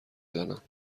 زنم